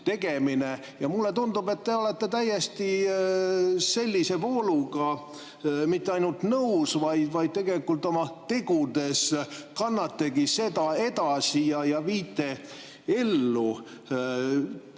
Mulle tundub, et te olete sellise vooluga mitte ainult nõus, vaid tegelikult oma tegudes kannategi seda edasi ja viite ellu.